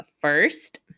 first